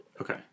Okay